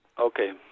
Okay